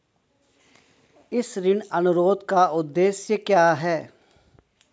इस ऋण अनुरोध का उद्देश्य क्या है?